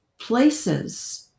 places